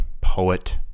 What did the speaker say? poet